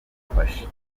imufashe